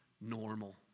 normal